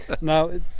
Now